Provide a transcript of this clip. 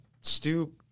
Stu